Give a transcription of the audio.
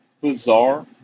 bizarre